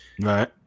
Right